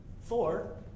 four